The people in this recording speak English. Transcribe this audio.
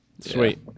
sweet